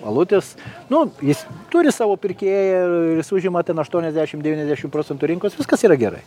alutis nu jis turi savo pirkėją ir jis užima ten aštuoniasdešimt devyniasdešimt procentų rinkos viskas yra gerai